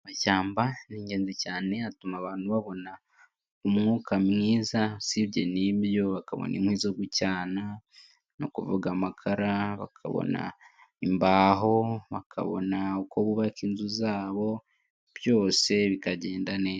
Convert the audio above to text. Amashyamba ni ingenzi cyane, atuma abantu babona umwuka mwiza usibye n'ibyo bakabona inkwi zo gucana ni ukuvuga amakara, bakabona imbaho, bakabona uko bubaka inzu zabo byose bikagenda neza.